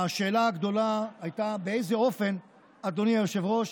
השאלה הגדולה הייתה באיזה אופן, אדוני היושב-ראש,